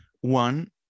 one